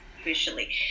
officially